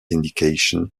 indication